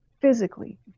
physically